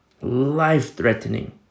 Life-threatening